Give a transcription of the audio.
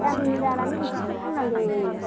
गामिनि जानानै एसेसो बुंनांगौ